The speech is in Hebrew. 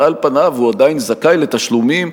אבל על פניו הוא עדיין זכאי לתשלומים.